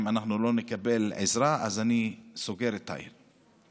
אנחנו לא נקבל עזרה אני סוגר את העיר.